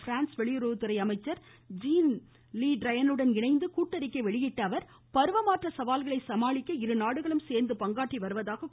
France வெளியறவுத்துறை அமைச்சர் Jean Yves லிட்ரையனுடன் இணைந்து கூட்டறிக்கை வெளியிட்ட அவர் பருவமாற்ற சவால்களை சமாளிக்க இருநாடுகளும் சேர்ந்து பங்காற்றி வருவதாக கூறினார்